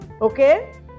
Okay